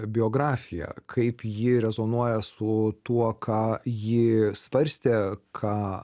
biografiją kaip ji rezonuoja su tuo ką ji svarstė ką